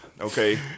Okay